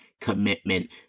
commitment